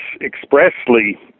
expressly